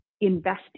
invest